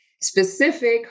specific